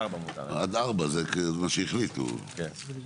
אני חושב שמהוועדה צריכה לצאת החלטה שהפטור הוא פטור.